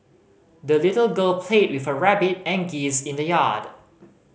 the little girl played with her rabbit and geese in the yard